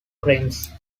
grimes